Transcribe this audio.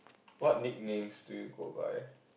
what nicknames do you go by